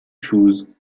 chooz